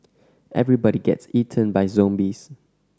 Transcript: everybody gets eaten by zombies